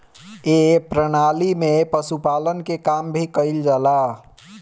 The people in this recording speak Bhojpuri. ए प्रणाली में पशुपालन के काम भी कईल जाला